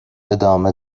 ادامه